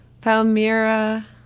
Palmyra